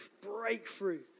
breakthrough